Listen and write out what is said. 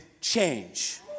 change